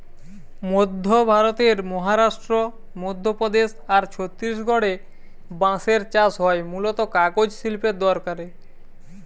মধ্য ভারতের মহারাষ্ট্র, মধ্যপ্রদেশ আর ছত্তিশগড়ে বাঁশের চাষ হয় মূলতঃ কাগজ শিল্পের দরকারে